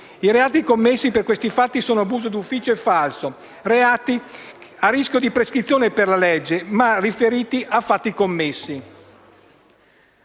I reati contestati per questi fatti sono abuso d'ufficio e falso; reati a rischio di prescrizione per la legge, ma riferiti a fatti commessi.